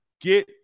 get